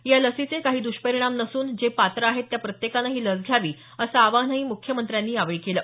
या लसीचे काही दृष्परिणाम नसून जे पात्र आहेत त्या प्रत्येकानं ही लस घ्यावी असं आवाहनही मुख्यमंत्र्यांनी केलं